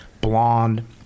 blonde